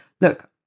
look